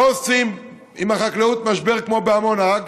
לא עושים עם החקלאות משבר כמו בעמונה,